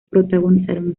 protagonizaron